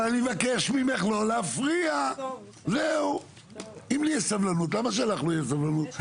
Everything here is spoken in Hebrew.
אם לי יש סבלנות, למה שלך לא תהיה סבלנות.